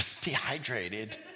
Dehydrated